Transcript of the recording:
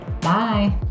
Bye